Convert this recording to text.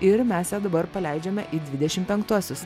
ir mes ją dabar paleidžiame į dvidešim penktuosius